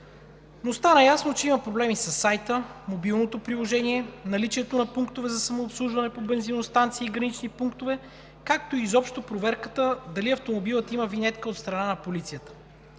Но стана ясно, че има проблеми със сайта, мобилното приложение, наличието на пунктове за самообслужване по бензиностанции и гранични пунктове, както и изобщо проверката дали автомобилът има винетка от страна на полицията.